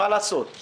מה לעשות,